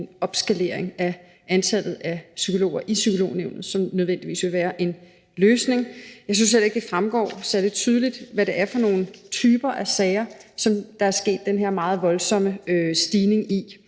en opskalering af antallet af psykologer i Psykolognævnet nødvendigvis vil være en løsning. Jeg synes heller ikke, det fremgår særlig tydeligt, hvad det er for nogle typer af sager, som der er sket den her meget voldsomme stigning i.